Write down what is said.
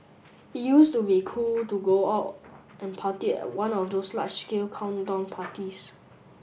it used to be cool to go out and party at one of those large scale countdown parties